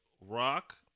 Rock